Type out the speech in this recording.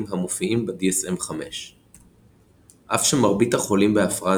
המופיעים ב-DSM 5. אף שמרבית החולים בהפרעה